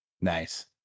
Nice